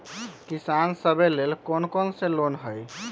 किसान सवे लेल कौन कौन से लोने हई?